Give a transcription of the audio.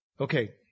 Okay